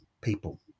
people